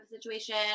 situation